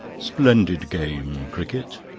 splendid game, cricket,